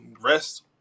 rest